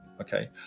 Okay